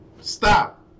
stop